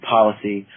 Policy